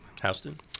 Houston